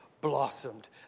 blossomed